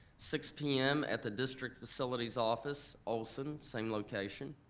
six p m. at the district facilities office, olson, same location.